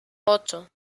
ocho